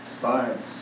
science